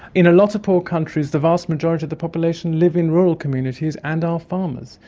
in a lot of poor countries the vast majority of the population live in rural communities and are farmers,